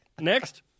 Next